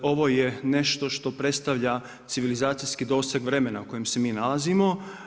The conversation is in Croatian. Ovo je nešto što predstavlja civilizacijskih doseg vremena u kojem se mi nalazimo.